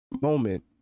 moment